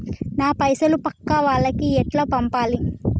నా పైసలు పక్కా వాళ్లకి ఎట్లా పంపాలి?